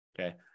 Okay